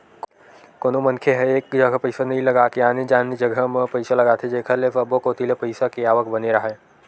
कोनो मनखे ह एक जघा पइसा नइ लगा के आने आने जघा म पइसा लगाथे जेखर ले सब्बो कोती ले पइसा के आवक बने राहय